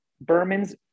Berman's